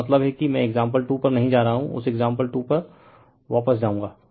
मेरा मतलब है कि मैं एक्साम्पल 2 पर नहीं जा रहा हूँ उस एक्साम्पल 2 पर वापस जाऊँगा